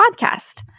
podcast